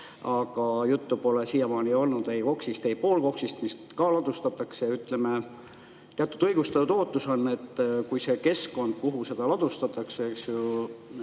Aga juttu pole siiamaani olnud ei koksist ega poolkoksist, mis ka ladustatakse. Ütleme, teatud õigustatud ootus on, et kui see keskkond, kus seda ladustatakse ja